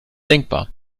denkbar